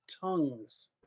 tongues